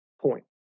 point